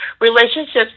relationships